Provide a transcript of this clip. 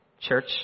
church